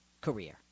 career